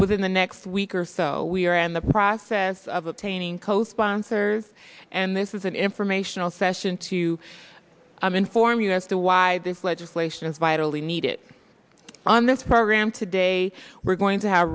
within the next week or so we are in the process of obtaining co sponsors and this is an informational session to inform us to why this legislation is vitally needed on this program today we're going to have